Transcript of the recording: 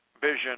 vision